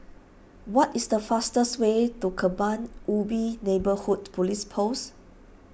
what is the fastest way to Kebun Ubi Neighbourhood Police Post